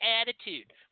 attitude